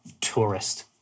tourist